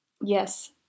Yes